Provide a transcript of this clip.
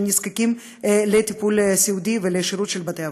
של אלה שנזקקים לטיפול סיעודי ולשירות של בתי-אבות.